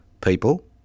people